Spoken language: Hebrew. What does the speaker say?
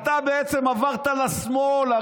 אתה בעצם עברת לשמאל.